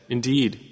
Indeed